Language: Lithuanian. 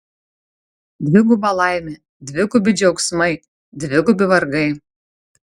dviguba laimė dvigubi džiaugsmai dvigubi vargai